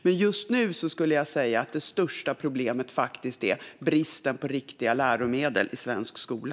Men just nu skulle jag säga att det största problemet är bristen på riktiga läromedel i svensk skola.